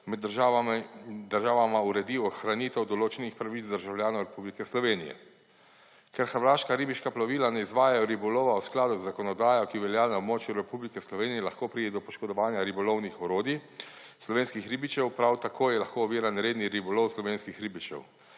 med državama uredi ohranitev določenih pravic državljanov Republike Slovenije. Ker hrvaška ribiška plovila ne izvajajo ribolova v skladu z zakonodajo, ki velja na območju Republike Slovenije, lahko pride do poškodovanja ribolovnih orodij slovenskih ribičev. Prav tako je lahko oviran redni ribolov slovenskih ribičev.